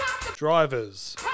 Drivers